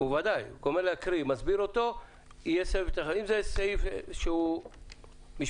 המועצה לענף הלול (כללים בדבר מכסות